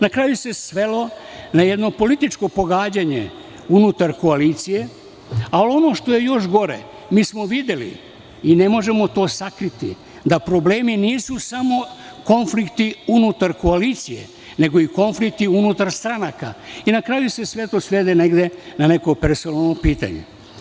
Na kraju se svelo na jedno političko pogađanje unutar koalicije, a ono što je još gore, mi smo videli i ne možemo to sakriti, da problemi nisu samo konflikti unutar koalicije, nego i konflikti unutar stranaka, jer na kraju se sve to svede negde na neko personalno pitanje.